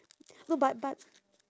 no but but